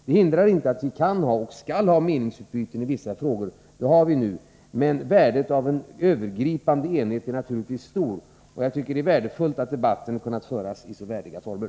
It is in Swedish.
Det hindrar inte att vi kan ha och skall ha meningsutbyten i vissa frågor — som vi har nu —, men värdet av en övergripande enighet är naturligtvis stort, och det är värdefullt att debatten har kunnat föras i så värdiga former.